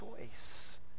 choice